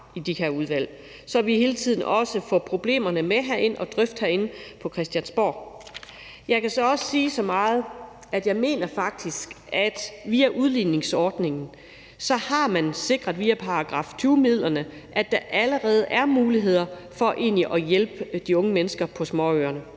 så vi hele tiden også får problemerne med ind at drøfte herinde på Christiansborg. Jeg kan så også sige så meget, at jeg faktisk mener, at man via udligningsordningen og § 20-midlerne har sikret, at der allerede er muligheder for egentlig at hjælpe de unge mennesker på småøerne.